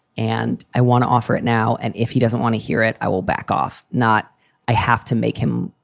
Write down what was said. and i want to offer it now and if he doesn't want to hear it, i will back off not i have to make him.